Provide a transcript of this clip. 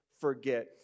forget